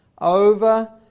over